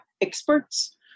experts